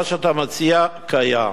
מה שאתה מציע קיים.